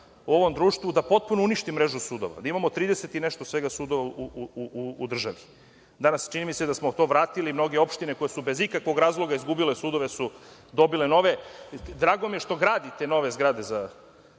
u ovom društvu da potpuno uništi mrežu sudova, da imamo svega 30 i nešto sudova u državi. Danas čini mi se da smo to vratili i mnoge opštine koje su bez ikakvog razloga izgubile sudove su dobile nove. Drago mi je što gradite nove zgrade za